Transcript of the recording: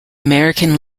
american